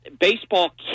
baseball